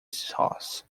sauce